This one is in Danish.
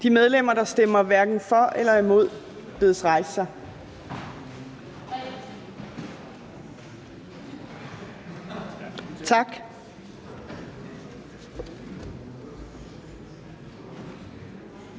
De medlemmer, der stemmer hverken for eller imod, bedes rejse sig. Tak.